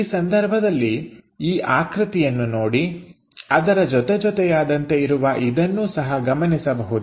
ಈ ಸಂದರ್ಭದಲ್ಲಿ ಈ ಆಕೃತಿಯನ್ನು ನೋಡಿ ಅದರ ಜೊತೆ ಜೊತೆಯಾದಂತೆ ಇರುವ ಇದನ್ನೂ ಸಹ ಗಮನಿಸಬಹುದು